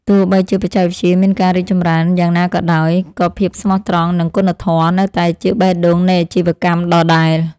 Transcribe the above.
ទោះបីជាបច្ចេកវិទ្យាមានការរីកចម្រើនយ៉ាងណាក៏ដោយ ក៏ភាពស្មោះត្រង់និងគុណធម៌នៅតែជាបេះដូងនៃអាជីវកម្មដដែល។